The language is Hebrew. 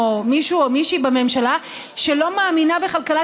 או מישהו או מישהי בממשלה שלא מאמינה בכלכלת